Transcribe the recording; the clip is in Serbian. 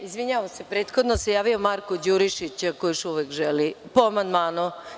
Izvinjavam se, prethodno se javio Marko Đurišić ako još uvek želi, po amandmanu.